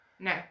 No